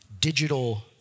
digital